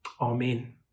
Amen